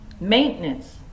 maintenance